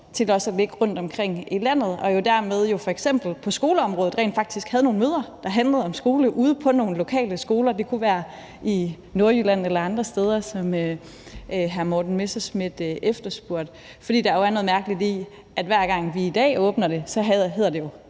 til at ligge rundtomkring i landet og dermed på f.eks. skoleområdet rent faktisk have nogle møder, der handlede om skolen, ude på nogle lokale skoler. Det kunne være i Nordjylland eller andre steder, som hr. Morten Messerschmidt efterspurgte. For der er jo noget mærkeligt i, at hver gang vi i dag åbner det, hedder det: